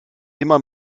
immer